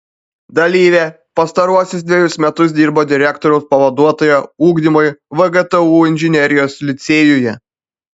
dalyvė pastaruosius dvejus metus dirbo direktoriaus pavaduotoja ugdymui vgtu inžinerijos licėjuje